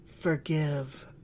forgive